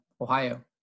Ohio